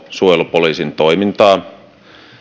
suojelupoliisin toimintaa